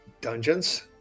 Dungeons